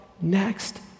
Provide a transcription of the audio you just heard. next